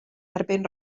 erbyn